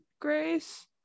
Grace